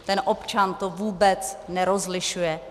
Ten občan to vůbec nerozlišuje.